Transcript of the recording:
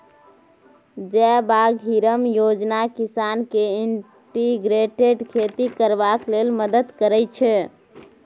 जयबागरिहम योजना किसान केँ इंटीग्रेटेड खेती करबाक लेल मदद करय छै